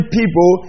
people